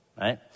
Right